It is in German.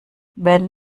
wenn